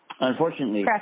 Unfortunately